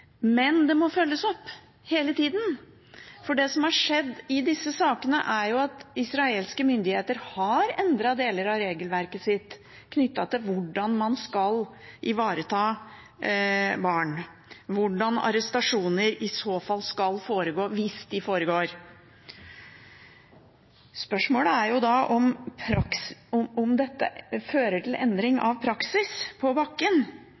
Men det må følges opp – hele tiden. Det som har skjedd i disse sakene, er jo at israelske myndigheter har endret deler av regelverket sitt knyttet til hvordan man skal ivareta barn, hvordan arrestasjoner skal foregå – hvis de foregår. Spørsmålet er om dette fører til en endring av praksis på bakken.